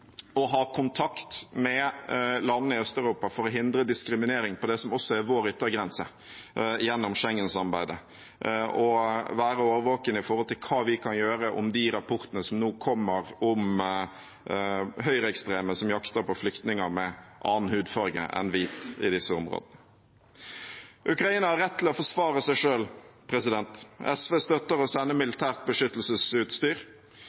ha kontakt med landene i Øst-Europa for å hindre diskriminering ved det som også er vår yttergrense gjennom Schengen-samarbeidet, og være årvåken med tanke på hva vi kan gjøre med de rapportene som nå kommer om høyreekstreme som jakter på flyktninger med en annen hudfarge enn hvit i disse områdene. Ukraina har rett til å forsvare seg selv. SV støtter å sende